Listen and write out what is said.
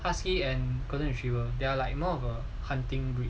husky and golden retriever there are like more of a hunting breed